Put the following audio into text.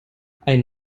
ein